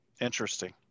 Interesting